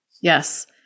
Yes